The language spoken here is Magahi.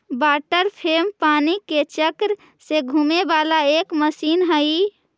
वाटर फ्रेम पानी के चक्र से घूमे वाला एक मशीन हई